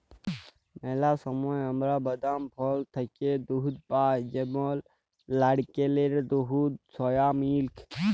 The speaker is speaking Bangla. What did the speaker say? ম্যালা সময় আমরা বাদাম, ফল থ্যাইকে দুহুদ পাই যেমল লাইড়কেলের দুহুদ, সয়া মিল্ক